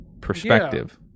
perspective